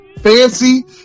Fancy